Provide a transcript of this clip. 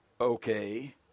Okay